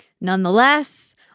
Nonetheless